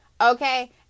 okay